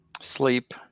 Sleep